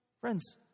Friends